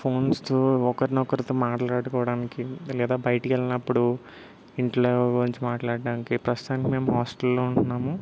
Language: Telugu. ఫోన్స్తో ఒకరిని ఒకరితో మాట్లాడుకోవడానికి లేదా బయటికెళ్ళినప్పుడు ఇంట్లో గురించి మాట్లాడ్డానికి ప్రస్తుతానికి మేం హాస్టల్లో ఉంటున్నాము